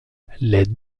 les